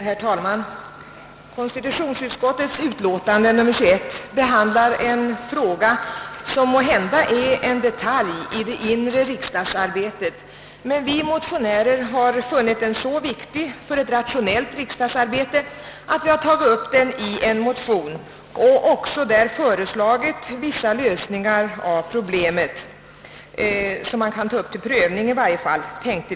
Herr talman! Konstitutionsutskottets utlåtande nr 21 behandlar en fråga som måhända är en detalj i det inre riksdagsarbetet, men vi motionärer har funnit den så viktig för ett rationellt riksdagsarbete, att vi har tagit upp den i en motion och där också framlagt vissa förslag till lösning av problemet, som i varje fall kan tas upp till prövning.